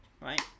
right